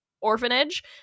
orphanage